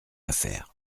affaire